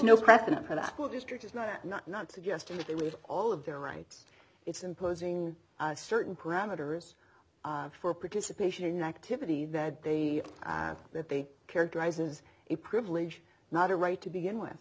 no precedent for that would restrict is not not not suggested it was all of their rights it's imposing certain parameters for participation in activities that they that they characterize as a privilege not a right to begin with